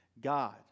God